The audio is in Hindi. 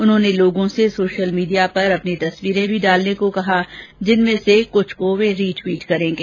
उन्होंने लोगों से सोशल मीडिया पर अपनी तस्वीरें भी डालने को कहा जिसमें से कुछ को वे रिट्वीट करेंगे